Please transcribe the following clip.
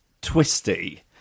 twisty